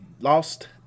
Lost